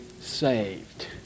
saved